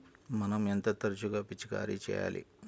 మనం ఎంత తరచుగా పిచికారీ చేయాలి?